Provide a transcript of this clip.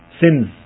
sins